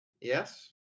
Yes